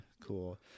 cool